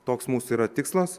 toks mūsų yra tikslas